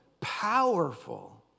powerful